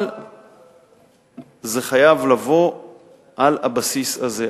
אבל זה חייב לבוא על הבסיס הזה.